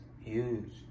Huge